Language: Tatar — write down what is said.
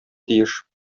тиеш